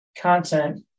content